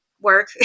work